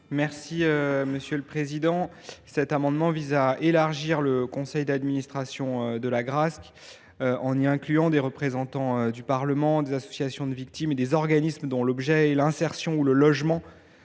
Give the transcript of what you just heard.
M. Ian Brossat. Cet amendement vise à élargir le conseil d’administration de l’Agrasc en y incluant des représentants du Parlement, des associations de victimes et des organismes dont l’objet est l’insertion ou le logement